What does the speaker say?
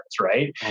right